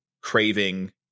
craving